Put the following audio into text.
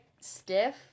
stiff